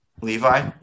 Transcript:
Levi